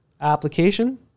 application